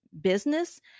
business